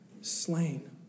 slain